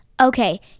Okay